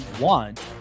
want